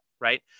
right